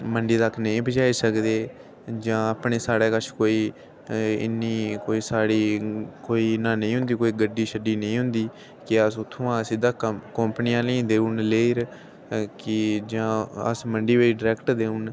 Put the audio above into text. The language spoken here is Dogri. मंडी तक नेई पजाई सकदे जां अपने साढ़े कश कोई इन्नी कोई साढ़ी इन्ना नेई होंदी गड्डी शड्डी नेई होंदी के अस उत्थुआं सिद्धा कंपनी आह्ले गी देई ओड़ने आं जां अस मंड च डरैक्ट देई ओड़ने आं